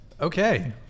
Okay